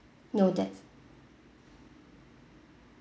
no def~